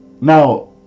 Now